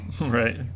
Right